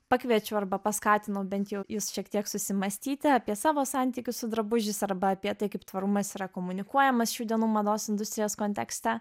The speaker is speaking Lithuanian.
pakviečiau arba paskatinau bent jau jus šiek tiek susimąstyti apie savo santykį su drabužiais arba apie tai kaip tvarumas yra komunikuojamas šių dienų mados industrijos kontekste